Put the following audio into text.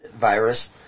virus